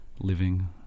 living